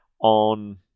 on